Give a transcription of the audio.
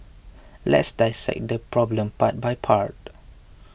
let's dissect this problem part by part